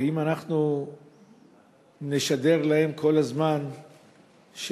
ואם אנחנו נשדר להם כל הזמן שפה,